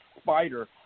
spider